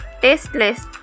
tasteless